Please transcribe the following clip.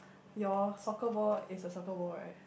your soccer ball is a soccer ball right